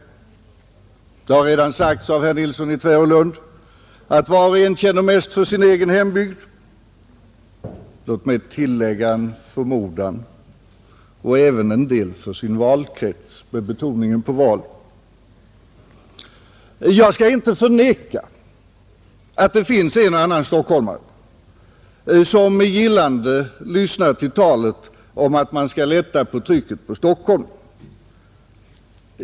Det har redan sagts av herr Nilsson i Tvärålund att var och en känner mest för sin egen hembygd. Låt mig tillägga en förmodan: och även en del för sin valkrets — med betoning på val. Jag skall inte förneka att det finns en och annan stockholmare som med gillande lyssnar till talet om att man skall lätta på trycket på Stockholm.